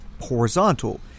horizontal